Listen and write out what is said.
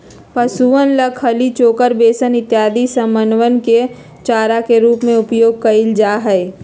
पशुअन ला खली, चोकर, बेसन इत्यादि समनवन के चारा के रूप में उपयोग कइल जाहई